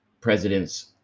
presidents